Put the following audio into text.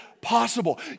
possible